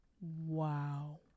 Wow